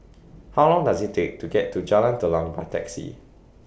How Long Does IT Take to get to Jalan Telang By Taxi